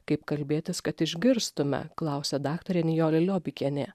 kaip kalbėtis kad išgirstume klausia daktarė nijolė liobikienė